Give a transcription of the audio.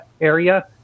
area